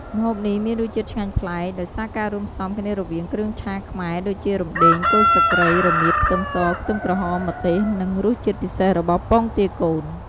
ម្ហូបនេះមានរសជាតិឆ្ងាញ់ប្លែក ដោយសារការរួមផ្សំគ្នារវាង គ្រឿងឆាខ្មែរដូចជា រំដេង គល់ស្លឹកគ្រៃ រមៀត ខ្ទឹមស ខ្ទឹមក្រហម ម្ទេស និង រសជាតិពិសេសរបស់ពងទាកូន។